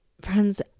Friends